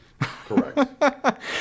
Correct